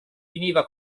finiva